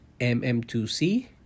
mm2c